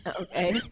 Okay